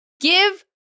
Give